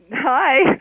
Hi